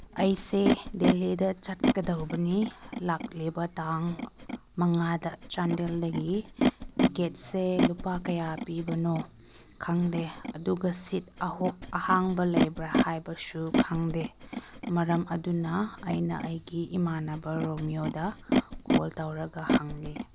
ꯑꯩꯁꯦ ꯗꯦꯜꯍꯤꯗ ꯆꯠꯀꯗꯧꯕꯅꯤ ꯂꯥꯛꯂꯤꯕ ꯇꯥꯡ ꯃꯉꯥꯗ ꯆꯥꯟꯗꯦꯜꯗꯒꯤ ꯇꯤꯀꯦꯠꯁꯦ ꯂꯨꯄꯥ ꯀꯌꯥ ꯄꯤꯕꯅꯣ ꯈꯪꯗꯦ ꯑꯗꯨꯒ ꯁꯤꯠ ꯑꯍꯥꯡꯕ ꯂꯩꯕ꯭ꯔ ꯍꯥꯏꯕꯁꯨ ꯈꯪꯗꯦ ꯃꯔꯝ ꯑꯗꯨꯅ ꯑꯩꯅ ꯑꯩꯒꯤ ꯏꯃꯥꯟꯅꯕ ꯔꯣꯃꯤꯌꯣꯗ ꯀꯣꯜ ꯇꯧꯔꯒ ꯍꯪꯏ